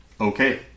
Okay